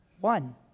One